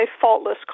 faultless